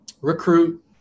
recruit